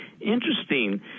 interesting